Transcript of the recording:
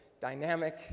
dynamic